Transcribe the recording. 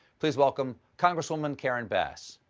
please welcome congresswoman karen bass.